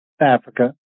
Africa